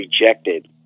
rejected